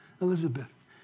elizabeth